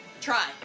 Try